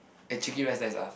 eh chicky rice nice ah